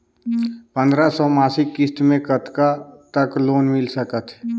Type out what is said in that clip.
पंद्रह सौ मासिक किस्त मे कतका तक लोन मिल सकत हे?